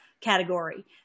category